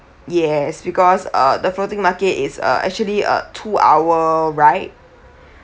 yes because uh the floating market is uh actually a two hour ride